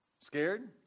Scared